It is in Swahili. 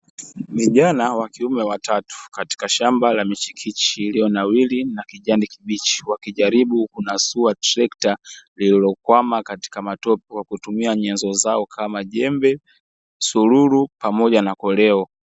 Vijana wa kiume watatu katika shamba la michikichi iliyonawiri na kijani kibichi wakijaribu kunasua trekta lililokwama katika matope kwa kutumia nyenzo zao kama; jembe, sururu, pamoja na koleo.